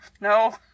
No